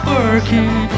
working